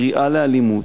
קריאה לאלימות,